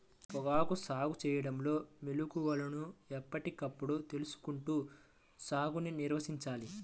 పొగాకు సాగు చేయడంలో మెళుకువలను ఎప్పటికప్పుడు తెలుసుకుంటూ సాగుని నిర్వహించాలి